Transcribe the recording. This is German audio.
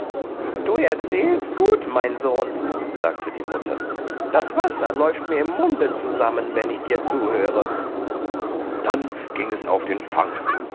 du erzählst gut mein sohn sagte die mutter das wasser läuft mir im munde zusammen wenn ich dir zuhöre dann ging es auf den fang